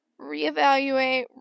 reevaluate